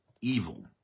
evil